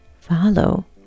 follow